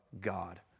God